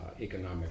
economic